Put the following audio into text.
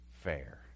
fair